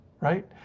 right